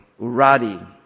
Uradi